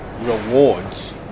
rewards